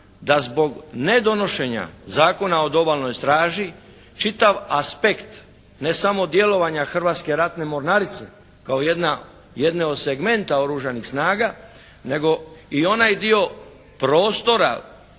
da zbog nedonošenja Zakona o obalnoj straži čitav aspekt ne samo djelovanja Hrvatske ratne mornarice kao jedne od segmenta Oružanih snaga nego i onaj dio prostora